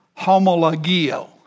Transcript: homologio